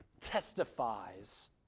testifies